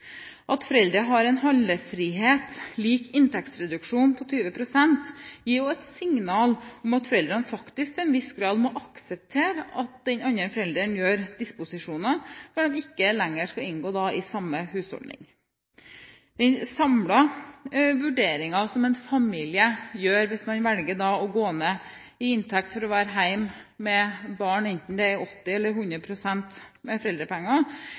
At foreldre har en handlefrihet lik inntektsreduksjon på 20 pst., gir også et signal om at foreldrene faktisk til en viss grad må akseptere at den andre forelderen gjør disposisjoner når de ikke lenger skal inngå i samme husholdning. Den samlede vurderingen som en familie gjør hvis man velger å gå ned i inntekt for å være hjemme med barn, enten det er 80 eller 100 pst. med foreldrepenger,